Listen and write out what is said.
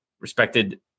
respected